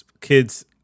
kids